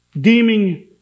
deeming